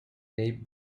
they